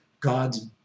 God's